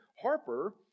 Harper